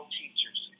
teachers